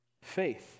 faith